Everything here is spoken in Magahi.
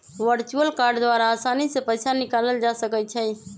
वर्चुअल कार्ड द्वारा असानी से पइसा निकालल जा सकइ छै